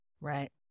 Right